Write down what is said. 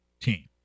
team